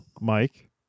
Mike